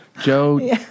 Joe